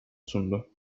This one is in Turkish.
sundu